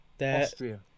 Austria